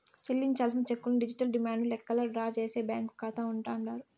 చెల్లించాల్సిన చెక్కుల్ని digital demand లెక్కల్లా డ్రా చేసే బ్యాంకీ కాతా అంటాండారు